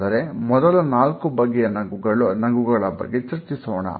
ಆದರೆ ಮೊದಲ ನಾಲ್ಕು ಬಗೆಯ ನಗುಗಳ ಬಗ್ಗೆ ಚರ್ಚಿಸೋಣ